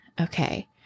Okay